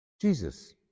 Jesus